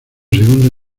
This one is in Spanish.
segundo